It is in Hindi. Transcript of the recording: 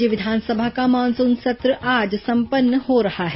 राज्य विधानसभा का मानसून सत्र आज संपन्न हो रहा है